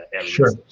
Sure